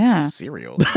cereal